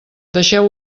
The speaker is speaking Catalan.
deixeu